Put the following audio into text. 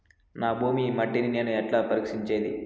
నా భూమి మట్టిని నేను ఎట్లా పరీక్షించేది?